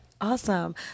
Awesome